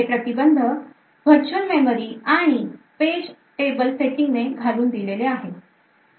हे प्रतिबंध virtual memory आणि page table setting ने घालून दिलेले आहेत